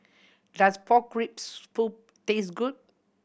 does pork rib taste good